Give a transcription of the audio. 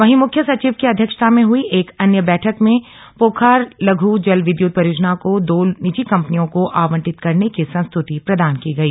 वहीं मुख्य सचिव की अध्यक्षता में हुई एक अन्य बैठक में पोखार लघु जल विद्युत परियोजना को दो निजी कंपनियों को आवंटित करने की संस्तुति प्रदान की गई